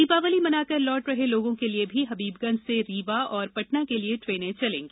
दीपावली मनाकर लौट रहे लोगों के लिए भी हबीबगंज से रीवा और पटना के लिए ट्रेनें चलेंगी